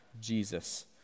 Jesus